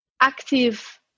active